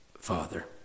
father